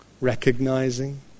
recognizing